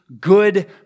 good